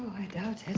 i doubt